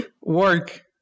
Work